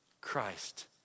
Christ